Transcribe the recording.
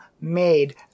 made